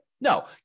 No